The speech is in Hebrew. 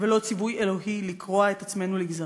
ולא ציווי אלוהי לקרוע את עצמנו לגזרים,